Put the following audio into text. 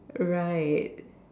right